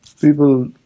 People